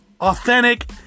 authentic